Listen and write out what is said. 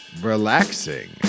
Relaxing